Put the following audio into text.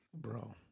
Bro